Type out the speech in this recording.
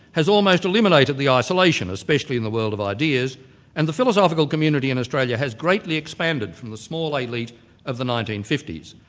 has almost eliminated the isolation especially in the world of ideas and the philosophical community in australia has greatly expanded from the small elite of the nineteen fifty s.